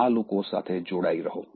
આ લોકો સાથે જોડાઈ રહો